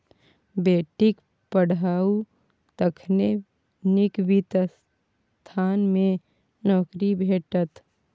बेटीक पढ़ाउ तखने नीक वित्त संस्थान मे नौकरी भेटत